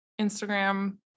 Instagram